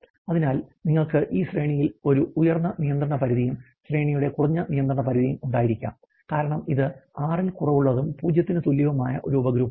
അതിനാൽ നിങ്ങൾക്ക് ഈ ശ്രേണിയിൽ ഒരു ഉയർന്ന നിയന്ത്രണ പരിധിയും ശ്രേണിയുടെ കുറഞ്ഞ നിയന്ത്രണ പരിധിയും ഉണ്ടായിരിക്കാം കാരണം ഇത് 6 ൽ കുറവുള്ളതും 0 ന് തുല്യവുമായ ഒരു ഉപഗ്രൂപ്പാണ്